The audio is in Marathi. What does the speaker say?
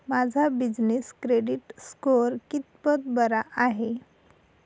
माझा बिजनेस क्रेडिट स्कोअर कितपत बरा आहे?